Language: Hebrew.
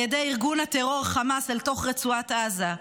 על ידי ארגון הטרור חמאס אל תוך רצועת עזה,